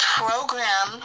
program